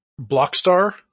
Blockstar